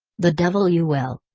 the devil you will!